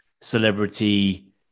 celebrity